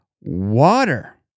water